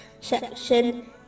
section